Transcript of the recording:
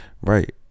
right